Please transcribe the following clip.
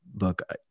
look